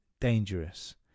dangerous